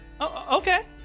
okay